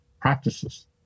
practices